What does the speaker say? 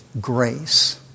grace